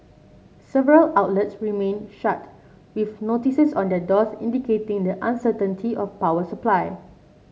several outlets remained shut with notices on their doors indicating the uncertainty over power supply